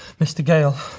mr. gale.